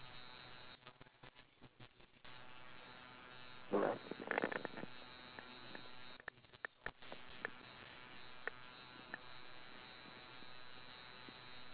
oh okay hold on ah can you hear me now mm